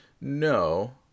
no